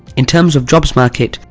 in terms of jobs market,